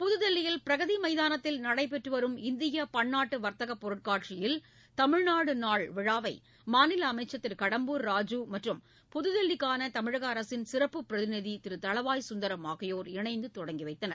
புதுதில்லியில் பிரகதி மைதானத்தில் நடைபெற்று வரும் இந்திய பன்னாட்டு வர்த்தக பொருட்காட்சியில் தமிழ்நாடு நாள் விழாவை மாநில அமைச்சர் திரு கடம்பூர் ராஜூ மற்றும் புதுதில்லிக்கான தமிழக அரசின் சிறப்பு பிரதிநிதி திரு தளவாய் சுந்தரம் ஆகியோர் இணைந்து தொடங்கி வைத்தனர்